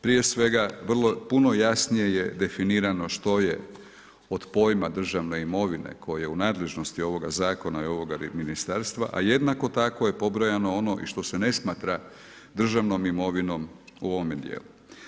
Prije svega puno jasnije je definirano što je od pojma državne imovine koja je u nadležnosti ovoga zakona i ovoga ministarstva, a jednako tako je pobrojano i ono što se ne smatra državnom imovinom u ovome dijelu.